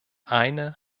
eine